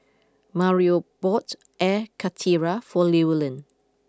Mario bought Air Karthira for Llewellyn